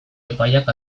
epaiak